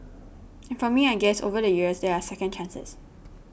and for me I guess over the years there are second chances